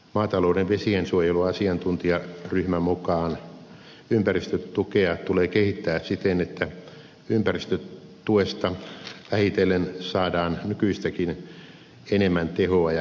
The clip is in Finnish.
maatalouden vesiensuojeluasiantuntijaryhmän mukaan ympäristötukea tulee kehittää siten että ympäristötuesta vähitellen saadaan nykyistäkin enemmän tehoa ja näkyvää tulosta